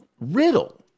Riddle